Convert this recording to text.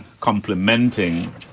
complementing